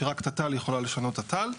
שרק תת"ל יכולה לשנות תת"ל,